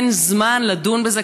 אין זמן לדון בזה,